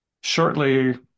shortly